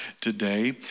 today